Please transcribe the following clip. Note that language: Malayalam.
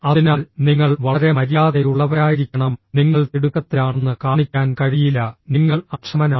അതിനാൽ നിങ്ങൾ വളരെ മര്യാദയുള്ളവരായിരിക്കണം നിങ്ങൾ തിടുക്കത്തിലാണെന്ന് കാണിക്കാൻ കഴിയില്ല നിങ്ങൾ അക്ഷമനാണ്